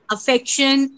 Affection